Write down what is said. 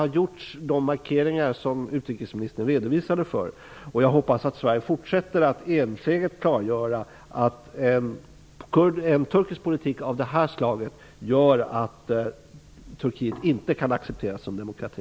Jag är glad att de markeringar som utrikesministern redovisade har gjorts, och jag hoppas att Sverige fortsätter att enträget klargöra att en turkisk politik av det här slaget gör att Turkiet inte kan accepteras som demokrati.